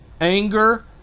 anger